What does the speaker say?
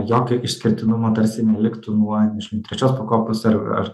jokio išskirtinumo tarsi neliktų nuo trečios pakopos ar ar